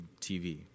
TV